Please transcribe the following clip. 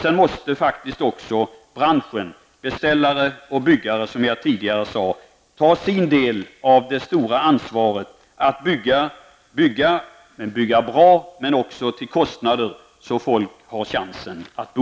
Men även branschen -- beställare och byggare -- måste som jag tidigare sade ta sin del av det stora ansvaret att bygga, bygga bra och till kostnader som gör det möjligt för människor att bo.